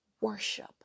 worship